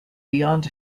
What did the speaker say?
beyond